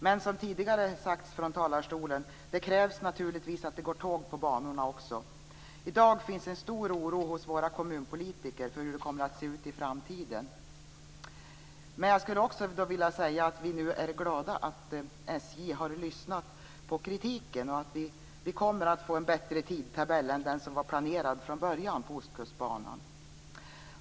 Men som tidigare sagts från talarstolen krävs det naturligtvis att det går tåg på banorna också. I dag finns en stor oro hos våra kommunpolitiker för hur det kommer att se ut i framtiden. Jag skulle också vilja säga att vi nu är glada för att SJ har lyssnat på kritiken. Vi kommer att få en bättre tidtabell än den som var planerad från början på Ostkustbanan.